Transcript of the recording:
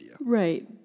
Right